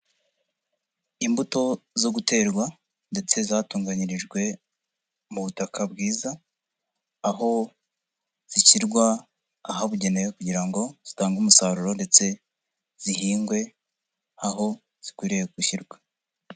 Imbuto zo guterwa ndetse zatunganyirijwe mu butaka bwiza, aho zishyirwa ahabugenewe kugira ngo zitange umusaruro ndetse zihingwe aho zikwiriye gushyirwa.